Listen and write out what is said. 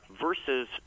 versus